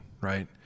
right